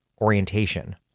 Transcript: orientation